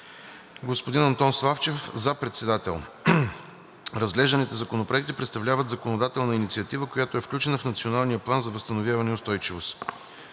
господин Антон Славчев – председател. Разглежданите законопроекти представляват законодателна инициатива, която е включена в Националния план за възстановяване и устойчивост.